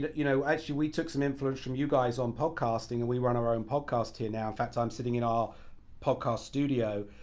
you know, actually we took some influence from you guys on podcasting and we run on our own and podcast here now. in fact, i'm sitting in our podcast studio.